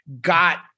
got